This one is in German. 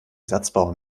satzbauer